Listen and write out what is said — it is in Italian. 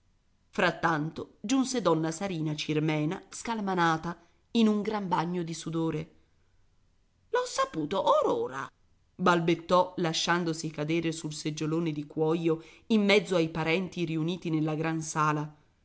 frattanto giunse donna sarina cirmena scalmanata in un bagno di sudore l'ho saputo or ora balbettò lasciandosi cadere sul seggiolone di cuoio in mezzo ai parenti riuniti nella gran sala